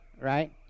right